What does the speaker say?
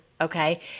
okay